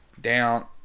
down